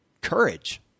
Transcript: courage